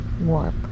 warp